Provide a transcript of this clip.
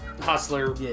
hustler